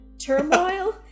Turmoil